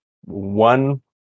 one